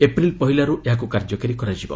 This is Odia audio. ଏପ୍ରିଲ ପହିଲାରୁ ଏହାକୁ କାର୍ଯ୍ୟକାରୀ କରାଯିବ